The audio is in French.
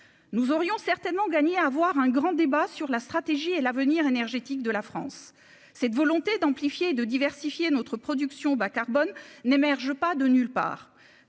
nous aurions certainement gagné à avoir un grand débat sur la stratégie et l'avenir énergétique de la France, cette volonté d'amplifier, de diversifier notre production bas-carbone n'émerge pas de nulle part,